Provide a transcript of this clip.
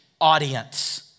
audience